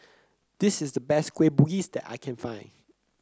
this is the best Kueh Bugis that I can find